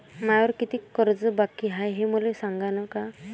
मायावर कितीक कर्ज बाकी हाय, हे मले सांगान का?